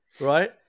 right